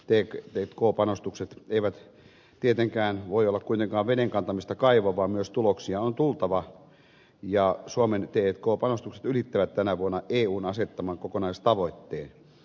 t k panostukset eivät tietenkään voi olla kuitenkaan veden kantamista kaivoon vaan myös tuloksia on tultava ja suomen t k panostukset ylittävät tänä vuonna eun asettaman kokonaistavoitteen